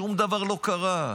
שום דבר לא קרה.